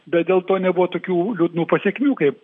bet dėl to nebuvo tokių liūdnų pasekmių kaip